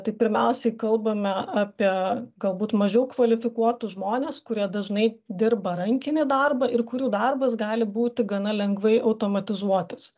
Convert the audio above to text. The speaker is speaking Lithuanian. tai pirmiausiai kalbame apie galbūt mažiau kvalifikuotus žmones kurie dažnai dirba rankinį darbą ir kurių darbas gali būti gana lengvai automatizuotas